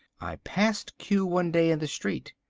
i passed q one day in the street.